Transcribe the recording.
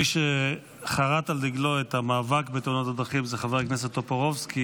מי שחרת על דגלו את המאבק בתאונות הדרכים זה חבר הכנסת טופורובסקי,